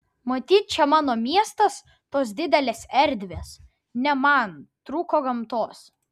matyt čia mano miestas tos didelės erdvės ne man trūko gamtos